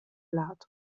lato